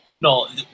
no